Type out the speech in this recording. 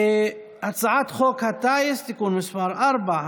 הצעת חוק הטיס (תיקון מס' 4),